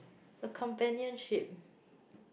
a companionship